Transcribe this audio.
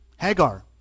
Hagar